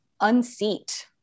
unseat